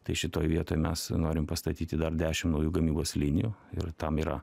tai šitoj vietoj mes norim pastatyti dar dešim naujų gamybos linijų ir tam yra